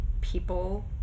people